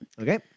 Okay